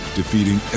defeating